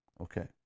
Okay